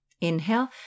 Inhale